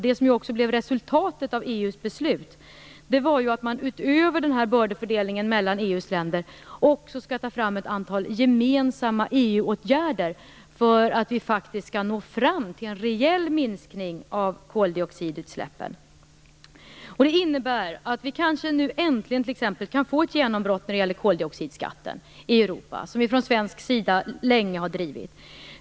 Det gäller resultatet av EU:s beslut, nämligen att man utöver den här bördefördelningen mellan EU:s länder skall ta fram ett antal gemensamma EU-åtgärder så att vi faktiskt skall nå fram till en reell minskning av koldioxidutsläppen. Det innebär t.ex. att vi nu äntligen kan få ett genombrott när det gäller koldioxidskatten i Europa, som vi från svensk sida länge har drivit.